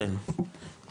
כן,